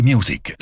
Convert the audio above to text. Music